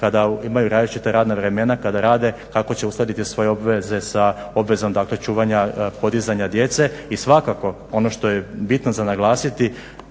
kada imaju različita radna vremena, kada rade kako će uskladiti svoje obveze sa obvezom dakle čuvanja, podizanja djece. I svakako, ono što je bitno za naglasiti,